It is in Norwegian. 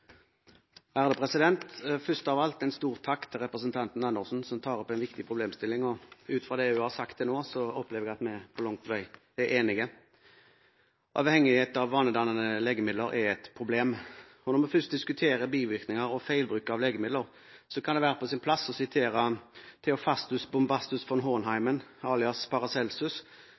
kompetent personell. Først av alt en stor takk til representanten Andersen, som tar opp en viktig problemstilling. Ut fra det hun har sagt til nå, opplever jeg at vi langt på vei er enige. Avhengighet av vanedannende legemidler er et problem, og når vi først diskuterer bivirkninger og feilbruk av legemidler, kan det være på sin plass å sitere Theophrastus Bombastus von Hohenheim, alias Paracelsus,